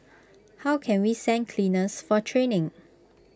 how can we send cleaners for training